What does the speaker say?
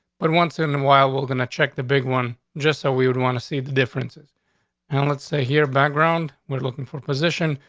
but once in a and while, we're gonna check the big one just so we would want to see the differences and let's say, here, background, we're looking for position.